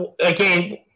Again